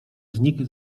znikł